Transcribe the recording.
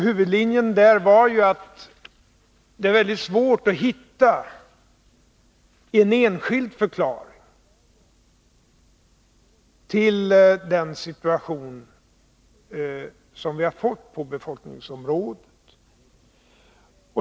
Huvudlinjen där var juatt det är väldigt svårt att hitta en enskild förklaring till den situation som vi har på befolkningsområdet.